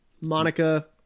Monica